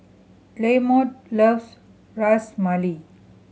Lamont loves Ras Malai